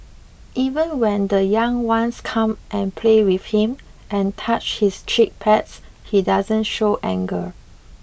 even when the young ones come and play with him and touch his cheek pads he doesn't show anger